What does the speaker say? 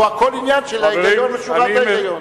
פה הכול עניין של ההיגיון ושורת ההיגיון.